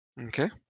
Okay